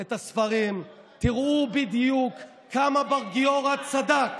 את הספרים, תראו בדיוק כמה בר גיורא צדק